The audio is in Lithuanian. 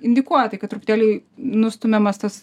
indikuoja tai kad truputėlį nustumiamas tas